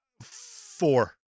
Four